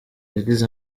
yagize